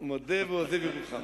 מודה ועוזב ירוחם.